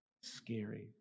Scary